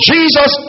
Jesus